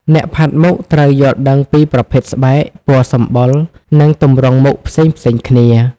អ្នកផាត់មុខត្រូវយល់ដឹងពីប្រភេទស្បែក ពណ៌សម្បុរ និងទម្រង់មុខផ្សេងៗគ្នា។